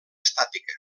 estàtica